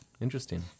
Interesting